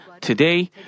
today